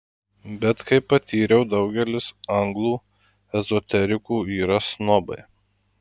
bet kaip patyriau daugelis anglų ezoterikų yra snobai